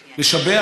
שנוכח.